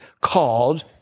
called